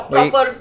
Proper